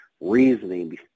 reasoning